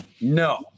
No